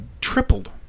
tripled